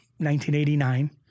1989